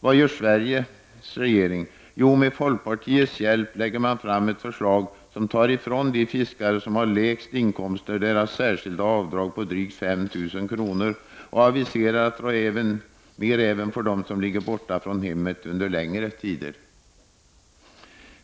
Vad gör Sveriges regering? Jo, med folkpartiets hjälp lägger man fram ett förslag som tar ifrån de fiskare som har de lägsta inkomsterna deras särskilda avdrag på drygt 5 000 kr. och aviserar en neddragning även för dem som är borta från hemmet under längre tider.